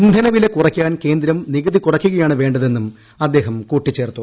ഇന്ധനവില കുറയ്ക്കാൻ കേന്ദ്രം നികുതി കുറയ്ക്കുകയാണ് വേണ്ടതെന്നും അദ്ദേഹം കൂട്ടിച്ചേർത്തു